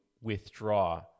withdraw